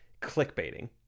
clickbaiting